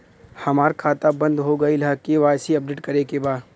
हमार खाता बंद हो गईल ह के.वाइ.सी अपडेट करे के बा?